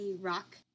rock